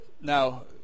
Now